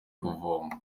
kuvoma